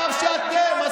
הקו שאתם,